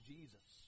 Jesus